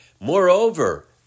Moreover